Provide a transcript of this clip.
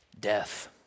death